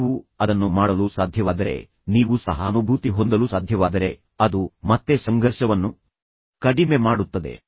ನೀವು ಅದನ್ನು ಮಾಡಲು ಸಾಧ್ಯವಾದರೆ ನೀವು ಸಹಾನುಭೂತಿ ಹೊಂದಲು ಸಾಧ್ಯವಾದರೆ ಅದು ಮತ್ತೆ ಸಂಘರ್ಷವನ್ನು ಕಡಿಮೆ ಮಾಡುತ್ತದೆ